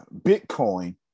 Bitcoin